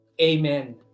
amen